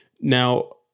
Now